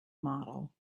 model